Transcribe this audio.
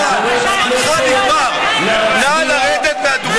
נא לרדת.